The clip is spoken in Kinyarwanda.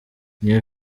new